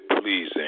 pleasing